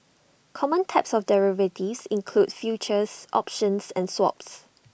common types of derivatives include futures options and swaps